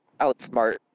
outsmart